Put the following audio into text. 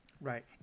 Right